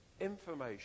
information